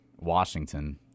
Washington